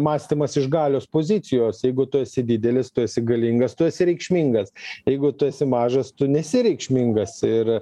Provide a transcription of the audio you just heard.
mąstymas iš galios pozicijos jeigu tu esi didelis tu esi galingas tu esi reikšmingas jeigu tu esi mažas tu nesi reikšmingas ir